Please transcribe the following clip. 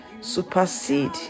supersede